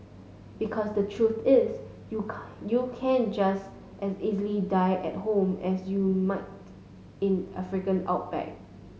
because the truth is you you can just as easily die at home as you might in African outback